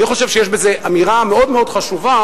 אני חושב שיש בזה אמירה מאוד מאוד חשובה